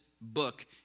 book